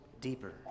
deeper